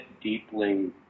deeply